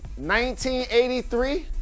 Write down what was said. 1983